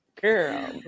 girl